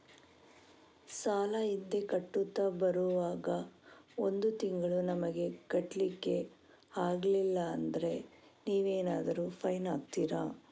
ಸಾಲ ಹಿಂದೆ ಕಟ್ಟುತ್ತಾ ಬರುವಾಗ ಒಂದು ತಿಂಗಳು ನಮಗೆ ಕಟ್ಲಿಕ್ಕೆ ಅಗ್ಲಿಲ್ಲಾದ್ರೆ ನೀವೇನಾದರೂ ಫೈನ್ ಹಾಕ್ತೀರಾ?